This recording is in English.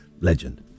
legend